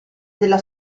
della